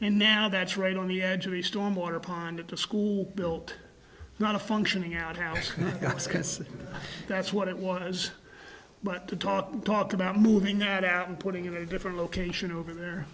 and now that's right on the edge of the storm water pondered to school built not a functioning out house because that's what it was but to talk and talk about moving out out and putting in a different location over there